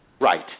Right